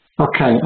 Okay